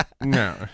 No